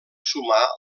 sumar